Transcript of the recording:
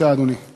אדוני, בבקשה.